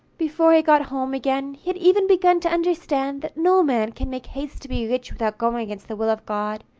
before he got home again, he had even begun to understand that no man can make haste to be rich without going against the will of god,